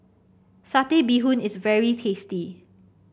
Satay Bee Hoon is very tasty